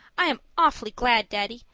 i am awfully glad, daddy,